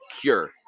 cure